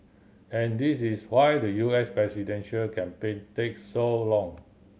and this is why the U S presidential campaign takes so long